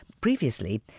Previously